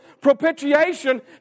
propitiation